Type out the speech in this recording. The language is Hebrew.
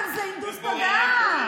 אבל זה הנדוס תודעה.